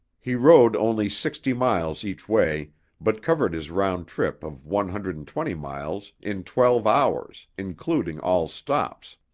he rode only sixty miles each way but covered his round trip of one hundred and twenty miles in twelve hours, including all stops.